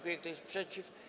Kto jest przeciw?